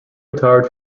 retired